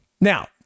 Now